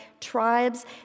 tribes